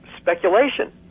speculation